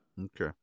Okay